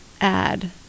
add